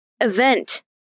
event